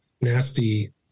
nasty